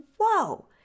whoa